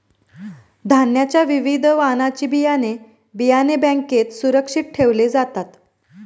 धान्याच्या विविध वाणाची बियाणे, बियाणे बँकेत सुरक्षित ठेवले जातात